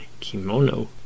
kimono